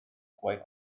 quite